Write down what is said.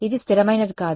ఇది స్థిరమైనది కాదు